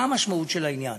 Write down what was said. מה המשמעות של העניין?